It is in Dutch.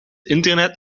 internet